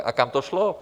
A kam to šlo?